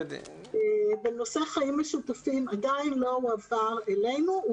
בנושא חיים משותפים התקציב עדיין לא הועבר אלינו.